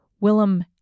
Willem